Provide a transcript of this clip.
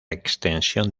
extensión